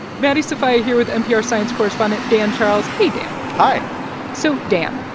maddie sofia here with npr science correspondent dan charles. hey, dan hi so, dan,